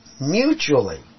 mutually